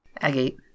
Agate